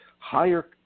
Higher